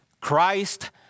Christ